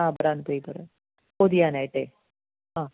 അഹ് brown paper പൊതിയാനയിട്ടേ അഹ്